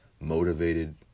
motivated